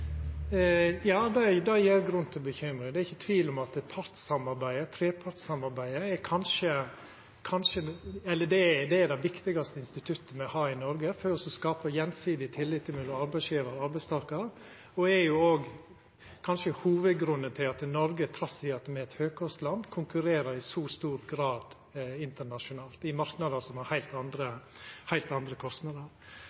Ja, det gjev grunn til å vera bekymra. Det er ikkje tvil om at trepartssamarbeidet er det viktigaste instituttet me har i Noreg for å skapa gjensidig tillit mellom arbeidsgjevar og arbeidstakar. Det er kanskje òg hovudgrunnen til at Noreg, trass i at me er eit høgkostland, i så stor grad konkurrerer internasjonalt, i marknader som har heilt